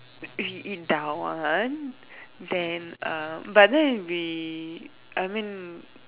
we eat that one then err but then we I mean